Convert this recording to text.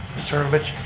mr. herlovich?